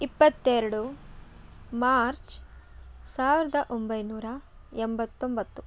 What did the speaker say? ಇಪ್ಪತ್ತೆರಡು ಮಾರ್ಚ್ ಸಾವಿರದ ಒಂಬೈನೂರ ಎಂಬತ್ತೊಂಬತ್ತು